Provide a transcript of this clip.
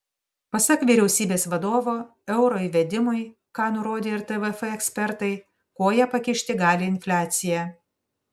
pasak vyriausybės vadovo euro įvedimui ką nurodė ir tvf ekspertai koją pakišti gali infliacija